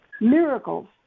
Miracles